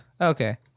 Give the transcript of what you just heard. Okay